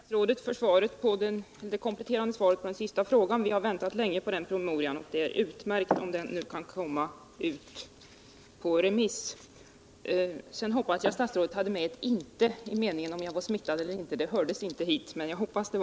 Herr talman! Jag tackar statsrådet för det kompletterande svaret på den sista frågan. Vi har väntat länge på den promemorian, och det är utmärkt om den nu kan komma ut på remiss. Vidare hoppas jag att statsrådet hade med ett ”inte” i meningen om huruvida jag var smittad eller inte av vilseledande påståenden.